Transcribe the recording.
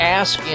ask